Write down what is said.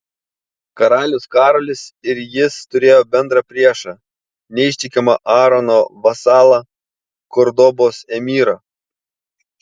karalius karolis ir jis turėjo bendrą priešą neištikimą aarono vasalą kordobos emyrą